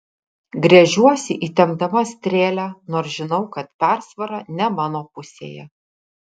gręžiuosi įtempdama strėlę nors žinau kad persvara ne mano pusėje